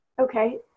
Okay